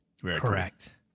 correct